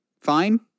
fine